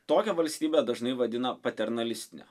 tokią valstybę dažnai vadina paternalistine